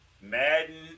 Madden